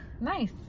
Nice